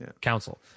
Council